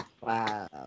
wow